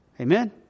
Amen